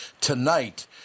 Tonight